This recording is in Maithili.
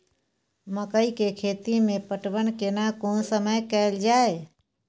मकई के खेती मे पटवन केना कोन समय कैल जाय?